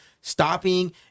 stopping